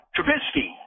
Trubisky